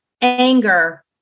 anger